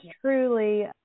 truly